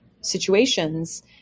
situations